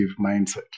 mindset